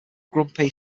grumpy